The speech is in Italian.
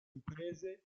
imprese